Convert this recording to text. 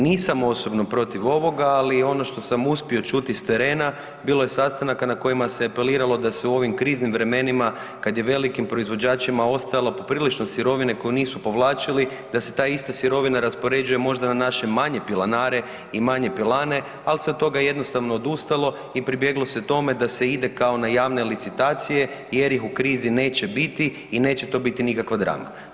Nisam osobno protiv ovoga, ali ono što sam uspio čuti sa terena, bilo je sastanaka na kojima se apeliralo da se u ovim kriznim vremenima kad je velikim proizvođačima ostajalo poprilično sirovine koju nisu povlačili, da se ta ista sirovina raspoređuje možda na naše manje pilanare i manje pilane, al se od toga jednostavno odustalo i pribjeglo se tome da se ide kao na javne licitacije jer ih u krizi neće biti i neće to biti nikakav drama.